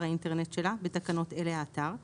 האינטרנט שלה (בתקנות אלה האתר);